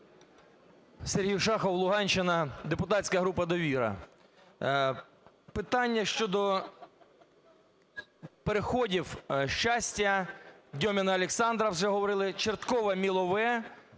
Сергій Шахов, Луганщина, депутатська група "Довіра". Питання щодо переходів Щастя, Дьоміно-Олександрівка, вже говорили, Чорткове, Мілове,